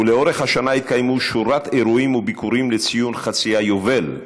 ולאורך השנה התקיימה שורת אירועים וביקורים לציון חצי היובל.